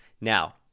Now